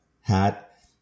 hat